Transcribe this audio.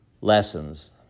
lessons